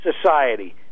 society